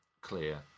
clear